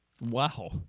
Wow